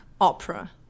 opera